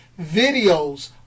videos